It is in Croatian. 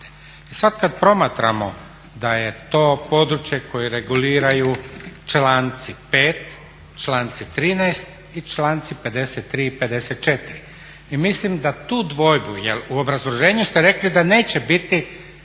sad kad promatramo da je to područje koje reguliraju članci 5., članci 13. i članci 53. i 54. I mislim da tu dvojbu, jer u obrazloženju ste rekli da neće biti